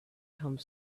come